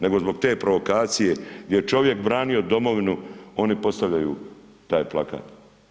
Nego zbog te provokacije, gdje je čovjek branio domovinu, oni postavljaju taj plakat.